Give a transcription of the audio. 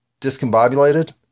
discombobulated